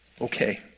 Okay